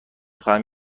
خواهم